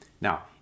Now